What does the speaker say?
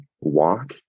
walk